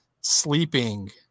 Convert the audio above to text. sleeping